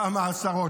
כמה עשרות.